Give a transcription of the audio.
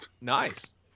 nice